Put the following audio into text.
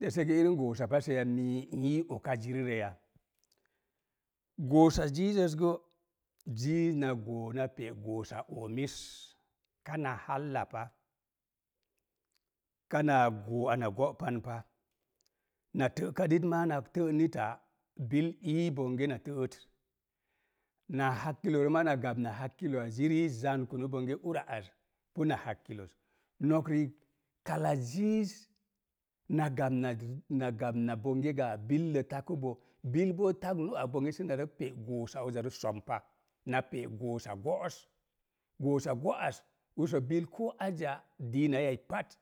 De'se ge irim goosa pase ya mii n ii oka zirirə ya? Goosa ziizəs go, ziiz na goo na pe goosa oomis, kana hallapa kana goo ana go'pan pa, na tə'ka nit maa na tə'nita bil ii bonge na tə'ət. Na hakkilo maa na gap na hakkilowa ziri i zang kunu bonge ure az puna hakkiloz. No̱k rii kala ziiz na gap na, na gapna bonge ga'a billo tagə bo, bil boo tagnu ak bonge səna re pe goosa ozaros som pa, na pe goosa go'os, goosa go̱'as usə bil koo azəya diinai yai pat